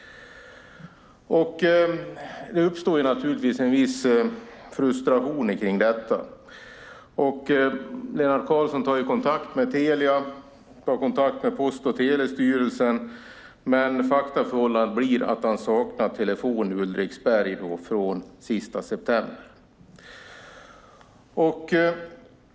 Det uppstår naturligtvis en viss frustration kring detta. Lennart Karlsson tar kontakt med Telia och Post och telestyrelsen, men faktaförhållandet blir att han saknar telefon i Ulriksberg från den sista september.